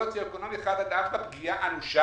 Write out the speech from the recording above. סוציו אקונומי אחד עד ארבע, וזאת פגיעה אנושה.